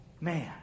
man